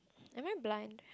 am I blind